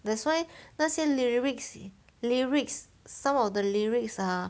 that's why 那些 lyrics lyrics some of the lyrics are